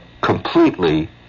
completely